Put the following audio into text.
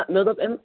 مےٚ دوٚپ أمۍ